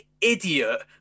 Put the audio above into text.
idiot